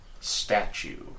statue